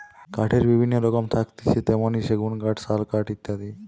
কাঠের বিভিন্ন রকম থাকতিছে যেমনি সেগুন কাঠ, শাল কাঠ ইত্যাদি